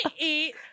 eat